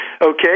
okay